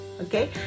okay